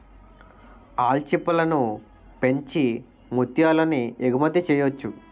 ఆల్చిప్పలను పెంచి ముత్యాలను ఎగుమతి చెయ్యొచ్చు